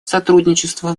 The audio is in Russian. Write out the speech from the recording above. сотрудничества